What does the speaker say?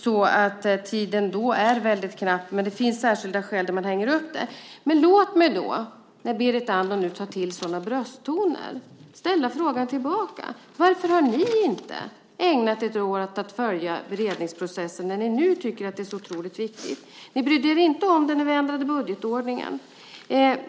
Tiden är då väldigt knapp, men det finns särskilda skäl där man hänger upp det. Låt mig, när Berit Andnor nu tar till sådana brösttoner, ställa en motfråga: Varför har ni inte ägnat er åt att följa beredningsprocessen när ni tycker att den är så otroligt viktig? Ni brydde er inte om det när vi ändrade budgetordningen.